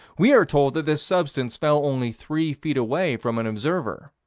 we are told that this substance fell only three feet away from an observer.